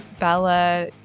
Bella